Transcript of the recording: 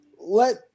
let